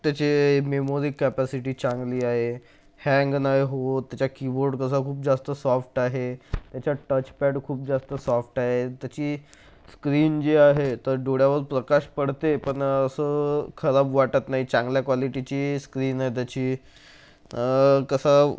त्याची memory capacity चांगली आहे हँग नाही होत त्याचा कीबोर्ड कसा खूप जास्त सॉफ्ट आहे त्याचा टच पॅड खूप जास्त सॉफ्ट आहे त्याची स्क्रीन जी आहे तर डोळ्यावर प्रकाश पडते पण असं खराब वाटत नाही चांगल्या क्वालिटीची स्क्रीन आहे त्याची कसा